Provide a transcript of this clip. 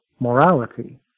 morality